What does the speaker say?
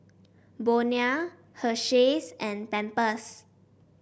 Bonia Hersheys and Pampers